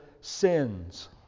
sins